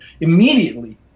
Immediately